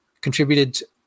contributed